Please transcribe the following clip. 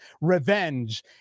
revenge